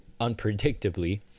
unpredictably